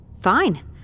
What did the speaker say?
Fine